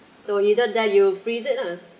so either that you freeze it lah